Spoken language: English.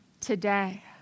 today